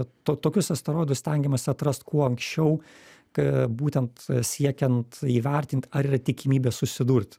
to tokius asteroidus stengiamasi atrast kuo anksčiau ka būtent siekiant įvertint ar yra tikimybė susidurt